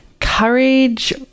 courage